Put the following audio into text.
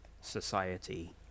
society